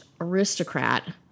aristocrat